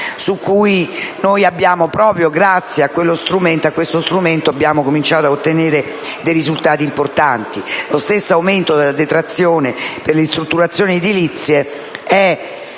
su cui, proprio grazie a questo strumento, abbiamo cominciato a ottenere dei risultati importanti. Lo stesso aumento della detrazione per le ristrutturazioni edilizie,